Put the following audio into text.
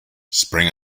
spring